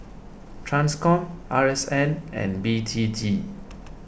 Transcom R S N and B T T